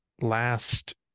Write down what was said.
last